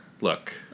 look